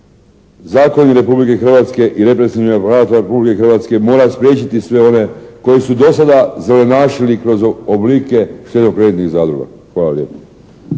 zakoni Republike Hrvatske i … /Govornik se ne razumije./ … Vlada Republike Hrvatske mora spriječiti sve one koji su do sada zelenašili kroz oblike štedno-kreditnih zadruga. Hvala lijepo.